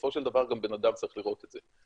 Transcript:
בסופו של דבר גם בנאדם צריך לראות את זה.